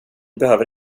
behöver